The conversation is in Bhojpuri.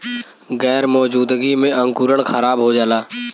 गैर मौजूदगी में अंकुरण खराब हो जाला